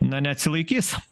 na neatsilaikys